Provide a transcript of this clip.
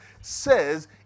says